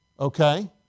Okay